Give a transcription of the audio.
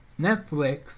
Netflix